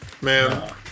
Man